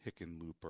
Hickenlooper